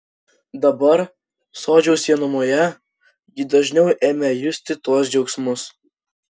dabar sodžiaus vienumoje ji dažniau ėmė justi tuos džiaugsmus